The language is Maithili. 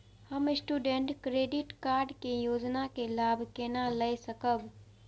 हम स्टूडेंट क्रेडिट कार्ड के योजना के लाभ केना लय सकब?